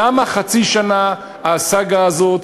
למה חצי שנה הסאגה הזאת?